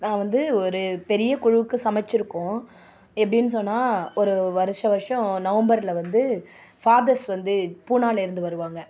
நான் வந்து ஒரு பெரிய குழுவுக்கு சமைச்சிருக்கோம் எப்படினு சொன்னால் ஒரு வருஷ வருஷம் நவம்பர்ல வந்து ஃபாதர்ஸ் வந்து பூனாலே இருந்து வருவாங்க